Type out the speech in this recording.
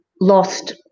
lost